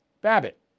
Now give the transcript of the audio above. Babbitt